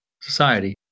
society